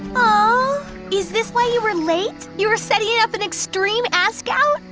ah is this why you were late? you were setting up an extreme ask-out?